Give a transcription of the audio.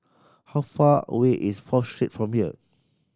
how far away is Fourth Street from here